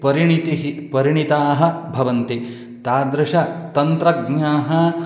परिणतिः परिणताः भवन्ति तादृशाः तन्त्रज्ञाः